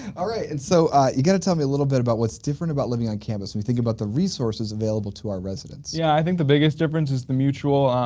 alright and so you got to tell me a little bit about what's different about living on campus we think about the resources available to our residents. yeah i think the biggest difference is the mutual,